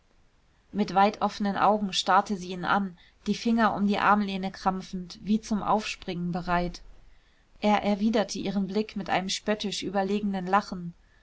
mit weit offenen augen starrte sie ihn an die finger um die armlehne krampfend wie zum aufspringen bereit er erwiderte ihren blick mit einem spöttisch überlegenen lachen